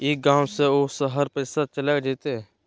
ई गांव से ऊ शहर पैसा चलेगा जयते?